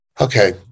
Okay